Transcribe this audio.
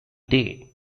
day